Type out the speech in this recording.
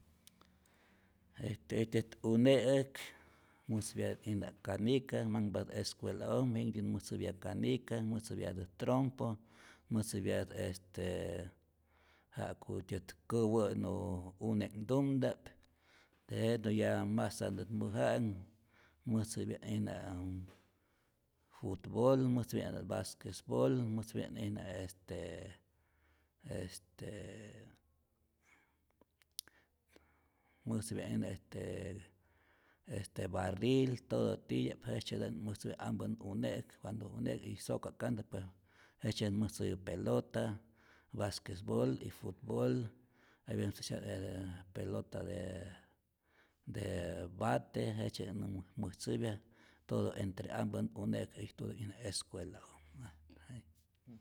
Este äjtyät une'äk mäjtzäpyatät'ijna canica manhpatä escuela'oj jinhtyä mäjtzäpya canica, mäjtzäpyatät trompo, mäjtzäpyatät este ja'kutyät käwä'nu une'knhtumta'p, tejenä ya masantät mäja'äk mäjtzäpyat'ijna futbol, mäjtzäpyat basquesbol, mäjtzäpya't'ijna estee estee mäjtzäpya't'ijna este este barril, todo tityap jejtzyetä'ijna mäjtzäpya ampän une'k cuando une'äk, y soka'kantä pue jejtzyetät mäjtzäpya pelota, basquesbol, y futbol, hay vece ntzäkapyatä' pelota de de bate, jejtzyetä'ijna mäj mäjtzäpya todo entre ampän une'k ijtutät ijna escuela'ojmä.